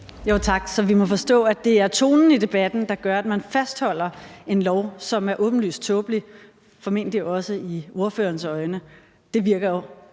Tak. Så vi må forstå, at det er tonen i debatten, der gør, at man fastholder en lov, som er åbenlyst tåbelig, formentlig også i ordførerens øjne. Det virker jo